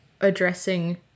addressing